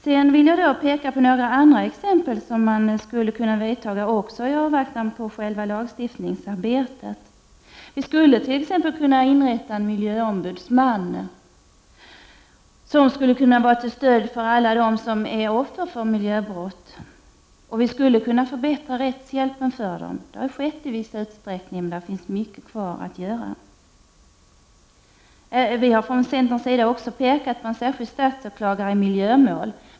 Sedan vill jag peka på några andra åtgärder som man skulle kunna vidta i avvaktan på själva lagstiftningsarbetet. Vi skulle t.ex. kunna inrätta en miljöombudsman som skulle kunna vara till stöd för alla dem som är offer för miljöbrott. Vi skulle kunna förbättra rättshjälpen för dem. Det har skett i viss utsträckning, men det finns mycket kvar att göra. Vi har från centerns sida också föreslagit en särskild statsåklagare i miljömål.